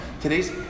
Today's